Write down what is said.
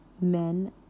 men